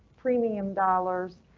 premium dollars,